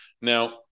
now